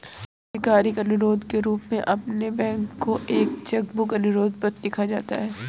आधिकारिक अनुरोध के रूप में आपके बैंक को एक चेक बुक अनुरोध पत्र लिखा जाता है